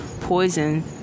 poison